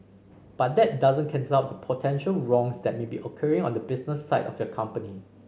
but that doesn't cancel out the potential wrongs that may be occurring on the business side of your company